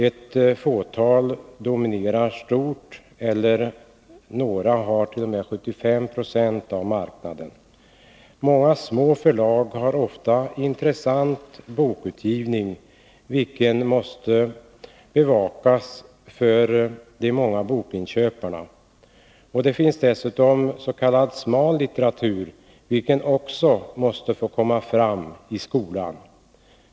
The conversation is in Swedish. Ett fåtal dominerar stort, några har t.o.m. 75 90 av marknaden. Många små förlag har ofta en intressant bokutgivning, vilken måste bevakas för de många bokinköparna. Det finns dessutom s.k. smal litteratur, vilken också måste få komma fram i skolan.